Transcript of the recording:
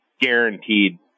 guaranteed